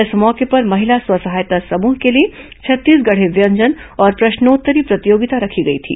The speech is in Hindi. इस मौके पर महिला स्व सहायता समूह के लिए छत्तीसगढ़ी व्यंजन और प्रश्नोत्तरी प्रतियोगिता रखी गई थी